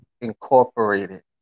Incorporated